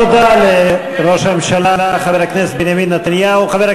תודה לראש הממשלה, חבר הכנסת בנימין נתניהו.